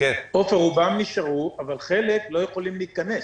רובם נשארו אבל חלק לא יכולים להיכנס.